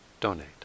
donate